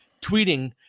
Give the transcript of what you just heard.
tweeting